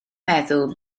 meddwl